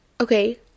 okay